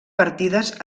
partides